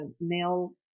male